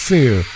Fear